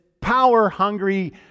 power-hungry